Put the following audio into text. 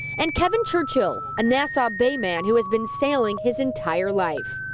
and kevin churchill, a nassau bay man who's been sailing his entire life.